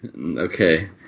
okay